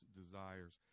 desires